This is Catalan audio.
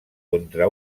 contra